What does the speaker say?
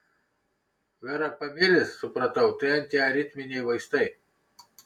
verapamilis supratau tai antiaritminiai vaistai